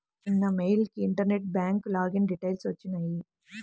నిన్న మెయిల్ కి internet bank login details వచ్చినియ్యి